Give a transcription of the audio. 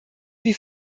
wie